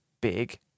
big